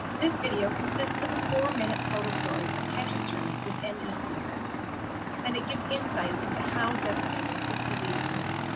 this video consists of a four-minute photo story of ketra's journey with and me cfs and it gives insight into how devastating this disease can be.